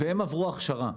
והם עברו הכשרה.